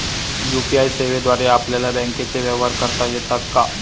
UPI सेवेद्वारे आपल्याला बँकचे व्यवहार करता येतात का?